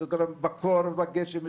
בקור ובגשם,